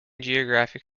geographic